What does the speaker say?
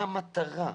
מה המטרה,